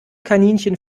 kaninchen